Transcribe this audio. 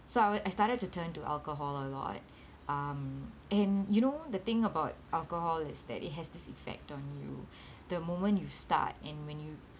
so I wa~ I started to turn to alcohol a lot um and you know the thing about alcohol is that it has this effect on you the moment you start and when you